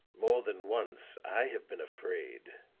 more than once i have been afraid,